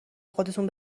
خودتون